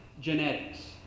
genetics